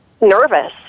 nervous